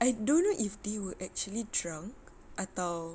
I don't know if they would actually drunk atau